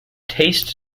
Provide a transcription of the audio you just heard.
taste